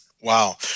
Wow